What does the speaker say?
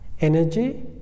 Energy